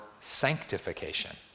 sanctification